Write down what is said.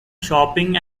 shopping